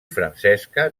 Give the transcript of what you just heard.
francesca